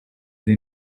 they